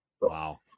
Wow